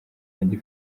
wanjye